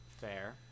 fair